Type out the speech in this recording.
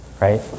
right